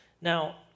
Now